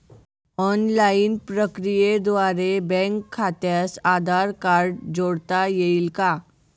Online प्रक्रियेद्वारे bank खात्यास Aadhaar card जोडता येईल का?